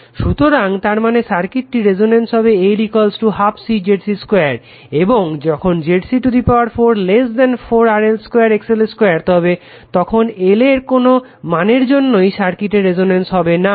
সুতরাং তার মানে সার্কিটটি রেসনেন্স হবে L 12 C ZC 2 এবং যখন ZC4 4 RL 2 XL 2 হবে তখন L এর কোনো মানের জন্যই সার্কিটে রেসনেন্স হবে না